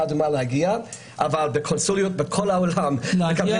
אדומה אבל בקונסוליות בכל העולם --- אני רוצה